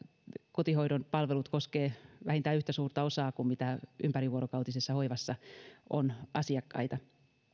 kotihoidon palvelut koskevat vähintään yhtä suurta osaa kuin mitä ympärivuorokautisessa hoivassa on asiakkaita